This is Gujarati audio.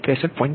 13 એંગલ 63